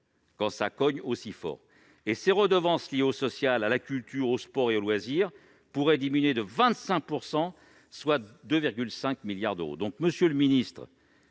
quand ça cogne aussi fort ! Les redevances liées au social, à la culture, au sport et aux loisirs pourraient diminuer de 25 %, soit 2,5 milliards d'euros.